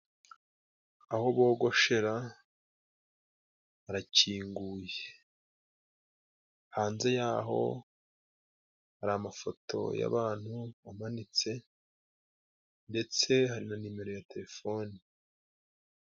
Aho bogoshera harakinguye. Hanze yaho hari amafoto y'abantu amanitse, ndetse hari na numero ya telefone.